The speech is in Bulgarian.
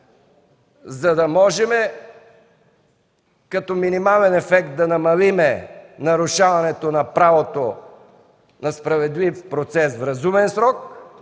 за да можем като минимален ефект да намалим нарушаването на правото на справедлив процес в разумен срок,